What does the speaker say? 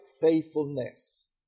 faithfulness